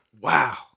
Wow